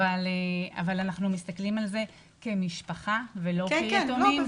אבל אנחנו מסתכלים על זה כמשפחה ולא כיתומים.